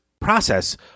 process